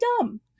dumb